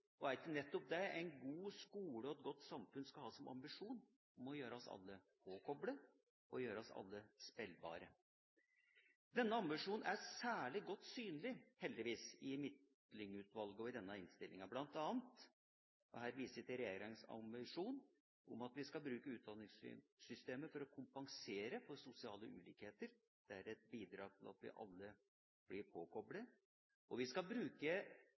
Er det ikke nettopp det en god skole og et godt samfunn skal ha som ambisjon – å få oss alle påkoblet, å gjøre oss alle spillbare? Denne ambisjonen er særlig godt synlig, heldigvis, hos Midtlyng-utvalget og i denne innstillinga. Her viser jeg til regjeringas ambisjon om at vi skal bruke utdanningssystemet for å kompensere for sosiale utlikheter. Det er et bidrag til at vi alle blir påkoblet. Vi skal bruke